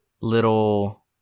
little